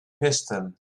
piston